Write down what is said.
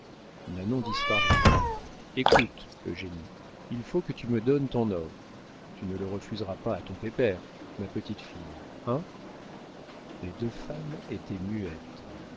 nanon disparut écoute eugénie il faut que tu me donnes ton or tu ne le refuseras pas à ton pépère ma petite fifille hein les deux femmes étaient muettes